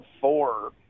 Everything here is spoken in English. four